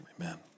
Amen